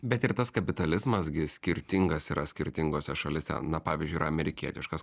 bet ir tas kapitalizmas gi skirtingas yra skirtingose šalyse na pavyzdžiui yra amerikietiškas